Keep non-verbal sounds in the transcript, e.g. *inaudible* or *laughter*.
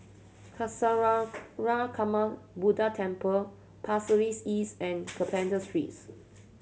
*unintelligible* Buddha Temple Pasir Ris East and Carpenter Streets